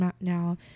now